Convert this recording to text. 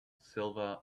silver